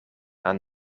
aan